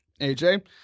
aj